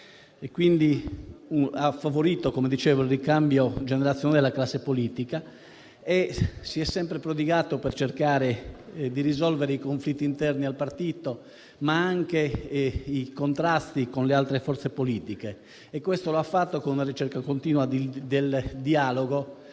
così favorendo, come dicevo, il ricambio generazionale della classe politica. Egli si è sempre prodigato per cercare di risolvere i conflitti interni al partito, ma anche i contrasti con le altre forze politiche. Ha fatto ciò con una ricerca continua del dialogo